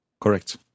Correct